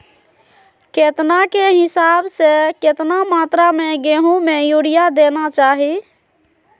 केतना के हिसाब से, कितना मात्रा में गेहूं में यूरिया देना चाही?